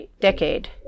decade